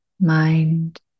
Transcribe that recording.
mind